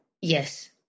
Yes